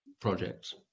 projects